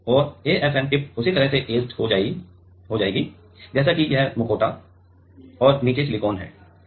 और AFM tip उसी तरह से ऐचेड की गई है जैसे की यह मुखौटा और नीचे सिलिकॉन है